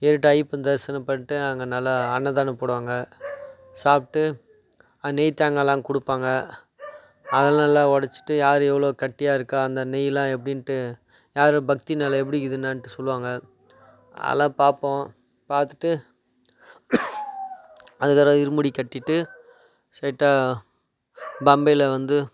ஏறிட்டு ஐயப்பன் தரிசனம் பண்ணிட்டு அங்கே நல்லா அன்னதானம் போடுவாங்க சாப்பிட்டு நெய் தேங்காய்லாம் கொடுப்பாங்க அதை நல்லா ஒடைச்சிட்டு யார் எவ்வளோ கட்டியாக இருக்கா அந்த நெய்லாம் எப்படின்ட்டு யார் பக்தியினால எப்படிக்கிது என்னன்ட்டு சொல்வாங்க அதலாம் பார்ப்போம் பார்த்துட்டு அதுக்கப்பறம் இருமுடி கட்டிட்டு ஸ்ட்ரெய்ட்டாக பம்பைல வந்து